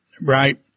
right